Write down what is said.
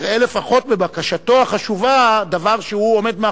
יראה לפחות בבקשתו החשובה דבר שהוא עומד מאחוריה,